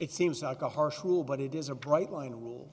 it seems like a harsh rule but it is a bright line rule